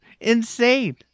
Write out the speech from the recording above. insane